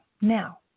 Now